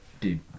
dude